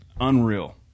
Unreal